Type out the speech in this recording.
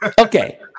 Okay